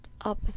up